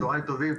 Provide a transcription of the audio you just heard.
צהריים טובים.